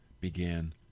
began